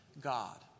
God